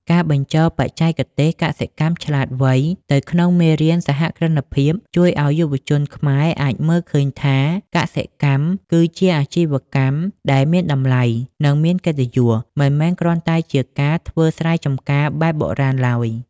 ការបញ្ចូលបច្ចេកទេស "កសិកម្មឆ្លាតវៃ" ទៅក្នុងមេរៀនសហគ្រិនភាព ជួយឱ្យយុវជនខ្មែរអាចមើលឃើញថា កសិកម្មគឺជាអាជីវកម្មដែលមានតម្លៃ និងមានកិត្តិយស មិនមែនគ្រាន់តែជាការធ្វើស្រែចម្ការបែបបុរាណឡើយ។